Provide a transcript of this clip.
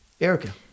erica